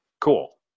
cool